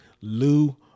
Lou